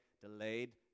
delayed